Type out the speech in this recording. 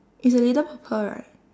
it's a little purple right